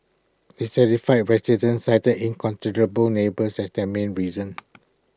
dissatisfied residents cited inconsiderate neighbours as the main reason